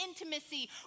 intimacy